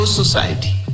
society